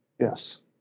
Yes